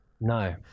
no